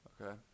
Okay